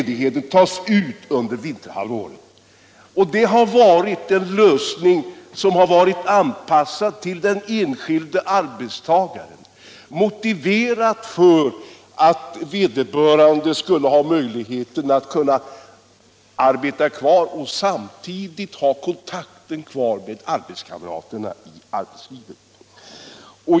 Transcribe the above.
Det har varit en lösning, anpassad till den enskilde arbetstagaren och motiverad av att vederbörande skulle ha möjligheten att arbeta vidare och samtidigt ha kvar kontakten med kamraterna i arbetslivet.